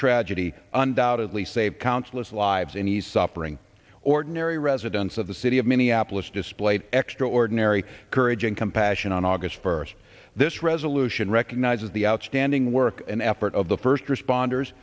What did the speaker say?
tragedy undoubtedly saved countless lives in the suffering ordinary residents of the city of minneapolis displayed extraordinary courage and compassion on august first this resolution recognizes the outstanding work and effort of the first responders